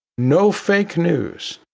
no fake news,